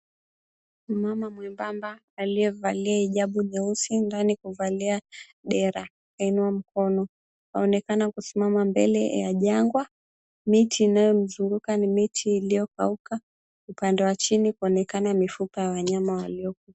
Mmama mwembamba aliyevalia hijabu leusi ndani kuvalia dera anainua mkono. Aonekana kusimama mbele ya jangwa, miti inayomzunguka ni miti iliyokauka. Upande wa chini kuonekana mifupa ya wanyama waliokufa.